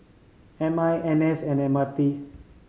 M I N S and M R T